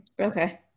Okay